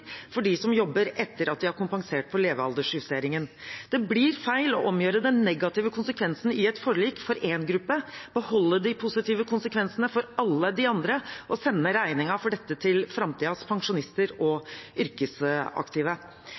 for dem som jobber etter at de har kompensert for levealdersjusteringen. Det blir feil å omgjøre den negative konsekvensen i et forlik for én gruppe, beholde de positive konsekvensene for alle de andre og sende regningen for dette til framtidens pensjonister og yrkesaktive.